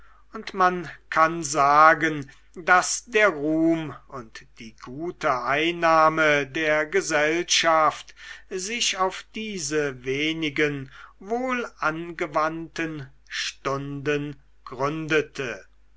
und man kann sagen daß der ruhm und die gute einnahme der gesellschaft sich auf diese wenigen wohlangewandten stunden gründete